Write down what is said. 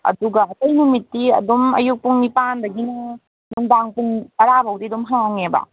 ꯑꯗꯨꯒ ꯑꯇꯩ ꯅꯨꯃꯤꯠꯇꯤ ꯑꯗꯨꯝ ꯑꯌꯨꯛ ꯄꯨꯡ ꯅꯤꯄꯥꯟꯗꯒꯤꯅ ꯅꯨꯡꯗꯥꯡ ꯄꯨꯡ ꯇꯔꯥꯕꯣꯛꯇꯤ ꯑꯗꯨꯝ ꯍꯥꯡꯉꯦꯕ